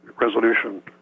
Resolution